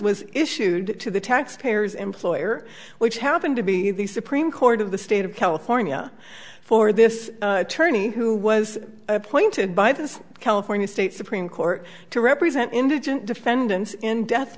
was issued to the taxpayers employer which happened to be the supreme court of the state of california for this attorney who was appointed by the california state supreme court to represent indigent defendants in death